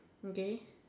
okay